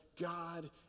God